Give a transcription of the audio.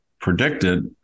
predicted